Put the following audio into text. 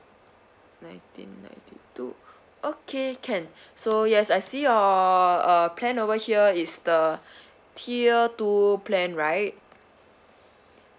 nineteen ninety two okay can so yes I see your uh plan over here is the tier two plan right